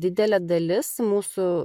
didelė dalis mūsų